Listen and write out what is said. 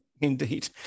Indeed